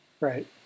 Right